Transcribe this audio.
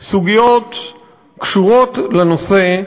סוגיות קשורות לנושא,